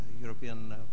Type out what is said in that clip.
European